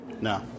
No